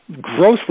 grossly